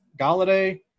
Galladay